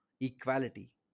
equality